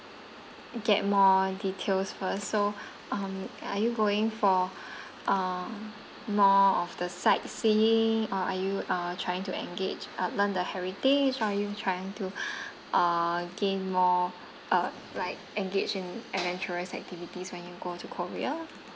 get more details first so um are you going for uh more of the sightseeing or are you uh trying to engage uh learn the heritage or are you trying to uh gain more uh like engage in adventurous activities when you go to korea